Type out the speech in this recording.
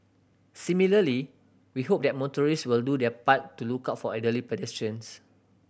similarly we hope that motorist will do their part to look out for elderly pedestrians